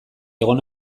egon